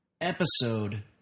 Episode